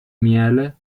miele